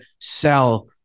sell